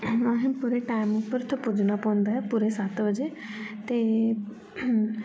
असें पूरे टाइम उप्पर गै पुज्जना पौंदा ऐ पूरे सत्त बजे ते